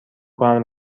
کنم